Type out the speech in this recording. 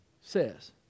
says